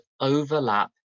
overlap